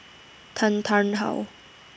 Tan Tarn How